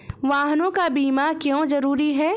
वाहनों का बीमा क्यो जरूरी है?